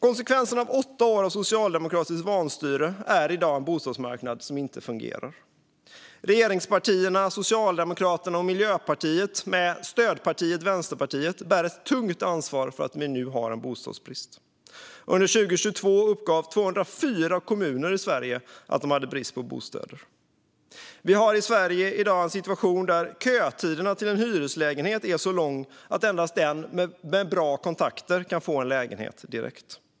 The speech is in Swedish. Konsekvensen av åtta år av socialdemokratiskt vanstyre är i dag en bostadsmarknad som inte fungerar. Regeringspartierna Socialdemokraterna och Miljöpartiet med stödpartiet Vänsterpartiet bär ett tungt ansvar för att vi nu har en bostadsbrist. Under 2022 uppgav 204 kommuner i Sverige att de hade brist på bostäder. Vi har i Sverige i dag en situation där kötiderna till en hyreslägenhet är så långa att endast den med kontakter kan få en lägenhet direkt.